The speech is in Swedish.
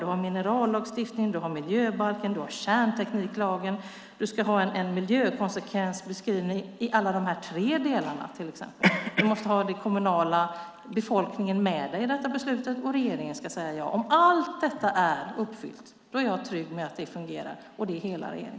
Vi har minerallagstiftningen, miljöbalken och kärntekniklagen, och man ska ha en miljökonsekvensbeskrivning i alla dessa tre delar till exempel. Man måste ha befolkningen i kommunen med sig i detta beslut, och regeringen ska säga ja. Om allt detta är uppfyllt är jag och hela regeringen trygga med att det fungerar.